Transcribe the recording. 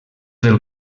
del